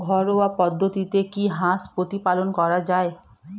ঘরোয়া পদ্ধতিতে কি হাঁস প্রতিপালন করা যায়?